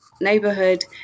neighborhood